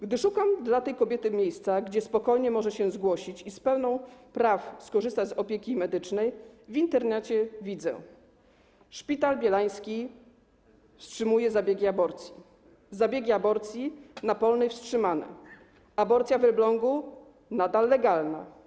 Gdy szukam dla tej kobiety miejsca, gdzie spokojnie może się zgłosić i w pełni praw skorzystać z opieki medycznej, w Internecie widzę: „Szpital Bielański wstrzymuje zabieg aborcji”, „Zabiegi aborcji na Polnej wstrzymane”, „Aborcja w Elblągu nadal legalna”